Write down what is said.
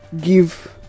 give